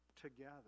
together